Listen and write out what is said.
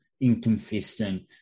inconsistent